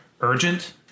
Urgent